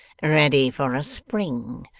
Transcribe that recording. ready for a spring.